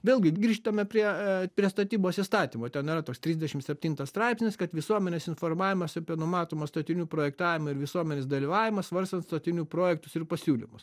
vėlgi grįžtame prie prie statybos įstatymo ten yra tos trisdešim septintas straipsnis kad visuomenės informavimas apie numatomą statinių projektavimą ir visuomenės dalyvavimą svarstant statinių projektus ir pasiūlymus